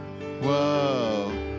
Whoa